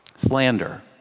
Slander